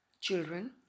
children